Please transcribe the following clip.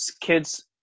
kids